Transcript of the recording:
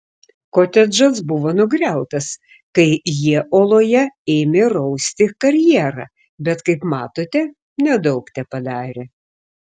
kotedžas buvo nugriautas kai jie uoloje ėmė rausti karjerą bet kaip matote nedaug tepadarė